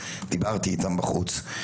דיברתי איתם בחוץ,